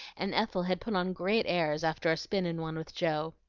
and ethel had put on great airs after a spin in one with joe.